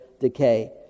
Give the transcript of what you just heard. decay